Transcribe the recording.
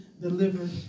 delivered